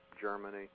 Germany